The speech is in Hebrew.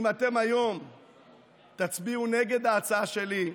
אם אתם היום תצביעו נגד ההצעה שלי,